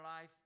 life